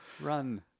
Run